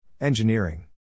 Engineering